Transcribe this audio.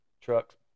trucks